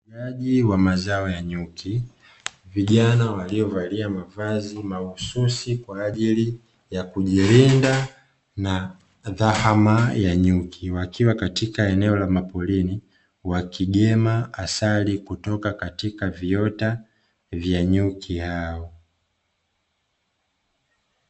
Ufugaji wa mazao ya nyuki, vijana waliovalia mavazi mahususi kwa ajili ya kujilinda na dhahama ya nyuki, wakiwa katika eneo la maporini wakigema asali kutoka katika viota vya nyuki hao.